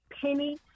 Penny